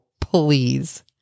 please